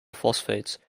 phosphates